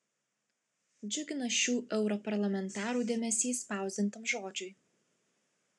džiugina šių europarlamentarų dėmesys spausdintam žodžiui